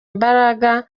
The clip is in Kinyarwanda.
imbaraga